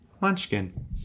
Munchkin